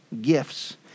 gifts